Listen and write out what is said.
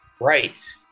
right